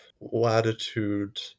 latitude